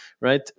right